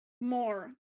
more